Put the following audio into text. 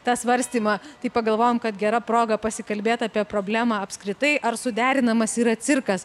tą svarstymą tai pagalvojom kad gera proga pasikalbėt apie problemą apskritai ar suderinamas yra cirkas